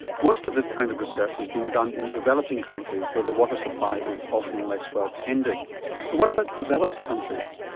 most of this kind of research has been done in developing countries where the water supply is often less well tended but what about developed countries.